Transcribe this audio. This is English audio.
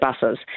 buses